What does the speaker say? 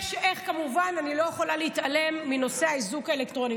אני כמובן לא יכולה להתעלם מנושא האיזוק האלקטרוני.